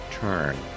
turn